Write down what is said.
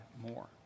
more